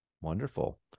Wonderful